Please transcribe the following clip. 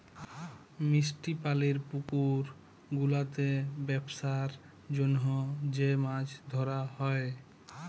মিষ্টি পালির পুকুর গুলাতে বেপসার জনহ যে মাছ ধরা হ্যয়